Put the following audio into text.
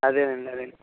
అదే అండి అదే అండి